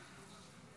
התשפ"ד 2024,